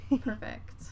Perfect